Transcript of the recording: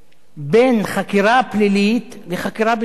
בין חקירה פלילית לחקירה ביטחונית.